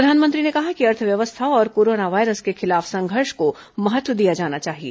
प्रधानमंत्री ने कहा कि अर्थव्यवस्ध्या और कोरोना वायरस के खिलाफ संघर्ष को महत्व दिया जाना चाहिए